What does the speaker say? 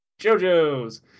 jojos